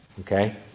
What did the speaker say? Okay